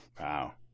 Wow